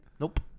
Nope